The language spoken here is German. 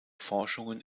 forschungen